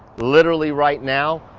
literally right now,